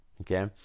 okay